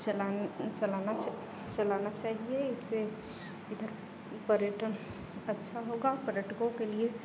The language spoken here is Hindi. चलान चलाना चलाना चाहिए इससे इधर पर्यटन अच्छा होगा पर्यटकों के लिए